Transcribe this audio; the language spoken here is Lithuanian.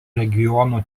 regiono